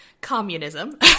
communism